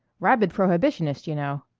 rabid prohibitionist, you know.